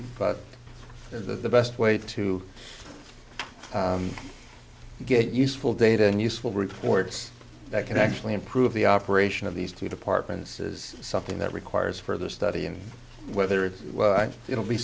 the best way to get useful data and useful reports that can actually improve the operation of these two departments is something that requires further study and whether it's it'll be